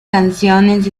canciones